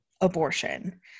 abortion